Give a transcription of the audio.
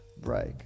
break